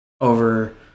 over